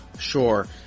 sure